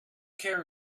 care